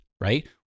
Right